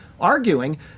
arguing